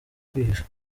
kwihisha